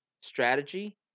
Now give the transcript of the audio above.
strategy